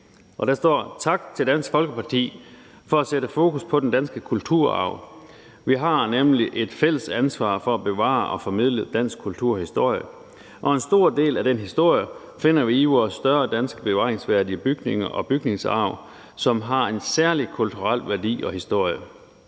Og der står: Tak til Dansk Folkeparti for at sætte fokus på den danske kulturarv. Vi har nemlig et fælles ansvar for at bevare og formidle dansk kulturhistorie, og en stor del af den historie finder vi i vores større danske bevaringsværdige bygninger og bygningsarv, som har en særlig kulturel værdi og historie.